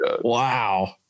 Wow